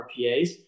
RPAs